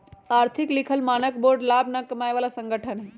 आर्थिक लिखल मानक बोर्ड लाभ न कमाय बला संगठन हइ